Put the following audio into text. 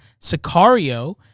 Sicario